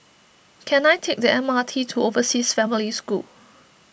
can I take the M R T to Overseas Family School